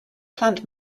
plant